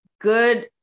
Good